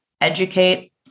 educate